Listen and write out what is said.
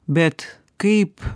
bet kaip